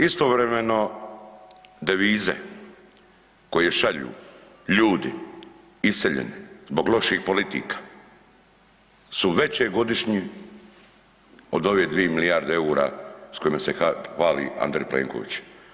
Istovremeno devize koje šalju ljudi iseljeni zbog loših politika su veći godišnje od ove 2 milijarde EUR-a s kojima se hvali Andrej Plenković.